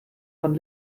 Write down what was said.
von